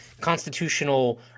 constitutional